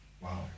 Wow